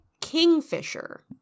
Kingfisher